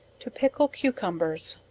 to pickle cucumbers.